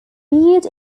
viewed